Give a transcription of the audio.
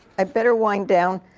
i'd better wind down.